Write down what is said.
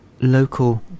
local